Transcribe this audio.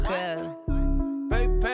Baby